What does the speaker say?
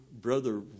brother